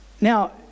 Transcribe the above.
now